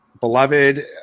beloved